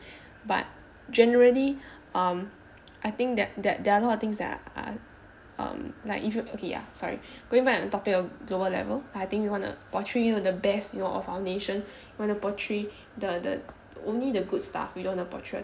but generally um I think that that there are a lot of things that are um like if you okay ya sorry going back on topic on global level I think we want to portray you know the best you know of our nation we want to portray the the only the good stuff we don't want to portray